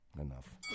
Enough